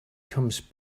comes